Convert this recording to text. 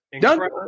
done